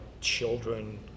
children